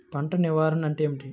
పంట నిర్వాహణ అంటే ఏమిటి?